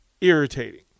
irritating